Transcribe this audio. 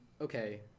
okay